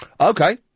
Okay